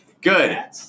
Good